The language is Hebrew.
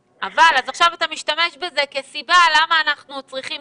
עכשיו אתה משתמש בזה כסיבה למה אנחנו צריכים